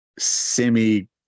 Semi